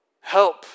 help